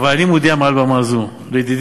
אבל אני מודיע מעל במה זו לידידי,